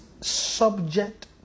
subject